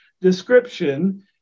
description